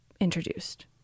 introduced